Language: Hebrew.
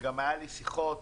וגם היו לי שיחות